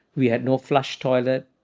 we had no flush toilet.